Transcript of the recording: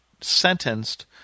sentenced